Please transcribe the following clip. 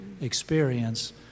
experience